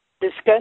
discuss